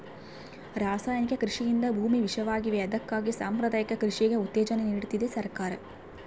ರಾಸಾಯನಿಕ ಕೃಷಿಯಿಂದ ಭೂಮಿ ವಿಷವಾಗಿವೆ ಅದಕ್ಕಾಗಿ ಸಾಂಪ್ರದಾಯಿಕ ಕೃಷಿಗೆ ಉತ್ತೇಜನ ನೀಡ್ತಿದೆ ಸರ್ಕಾರ